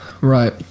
Right